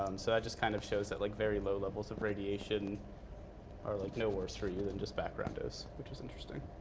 um so that just kind of shows that like very low levels of radiation are like no worse for you than just background dose, which is interesting.